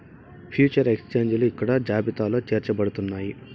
future ఎక్స్చేంజిలు ఇక్కడ జాబితాలో చేర్చబడుతున్నాయి